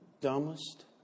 dumbest